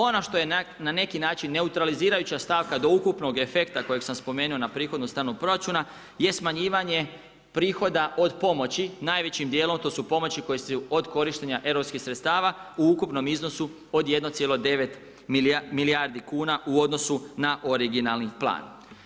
Ono što je na neki način neutralizirajući stavka, da ukupnog efekta kojeg sam spomenuo na prihodnu stranu proračuna, je smanjivanje prihoda od pomoći, najvećim dijelom, to su pomoći koji su od korištenja europskih sredstava u ukupnom iznosu od 1,9 milijardi kuna u odnosu na originalni plan.